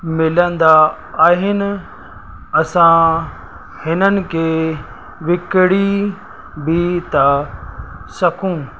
मिलंदा आहिनि असां हिननि खे विकिणी बि था सकूं